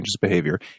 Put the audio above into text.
behavior